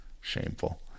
shameful